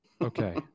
Okay